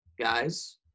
guys